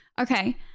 Okay